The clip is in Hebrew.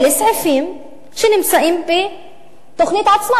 אלה סעיפים שנמצאים בתוכנית עצמה.